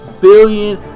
billion